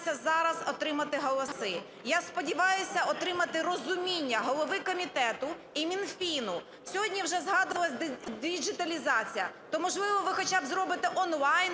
я сподіваюся отримати розуміння голови комітету і Мінфіну. Сьогодні вже згадувалася діджиталізація. То, можливо, ви хоча б зробите